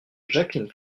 jacqueline